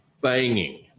banging